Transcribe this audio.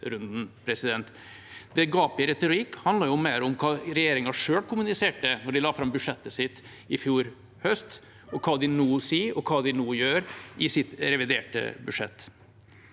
Det gapet i retorikk handler mer om hva regjeringa selv kommuniserte da de la fram budsjettet sitt i fjor høst, hva de nå sier, og hva de nå gjør i sitt reviderte budsjett.